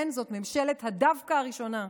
כן, זאת ממשלת ה"דווקא" הראשונה,